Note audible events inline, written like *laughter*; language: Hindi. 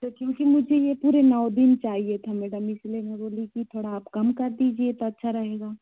क्योंकि *unintelligible* मुझे ये पूरे नौ दिन चाहिए था मैडम इसलिए मैं बोली थी थोड़ा आप कम कर दीजिए तो अच्छा रहेगा